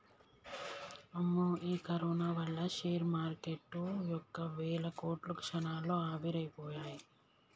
అమ్మో ఈ కరోనా వల్ల షేర్ మార్కెటు యొక్క వేల కోట్లు క్షణాల్లో ఆవిరైపోయాయి